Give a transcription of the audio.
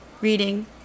reading